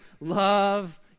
love